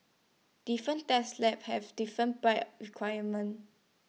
different test labs have different price requirements